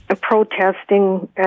protesting